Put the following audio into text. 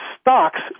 stocks